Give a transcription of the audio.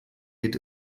geht